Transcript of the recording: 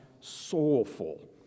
soulful